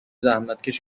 زحمتکش